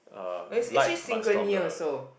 but is actually synchrony also